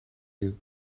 гэв